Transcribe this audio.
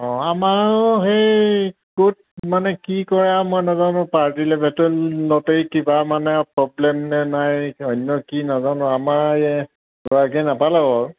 অঁ আমাৰো সেই ক'ত মানে কি কৰা মই নাজানো পাৰ্টি লেভেটন নটেই কিবা মানে প্ৰব্লেম নে নাই অন্য কি নাজানো আমাৰ এই গৰাকীয়ে নাপালে বাৰু